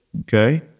okay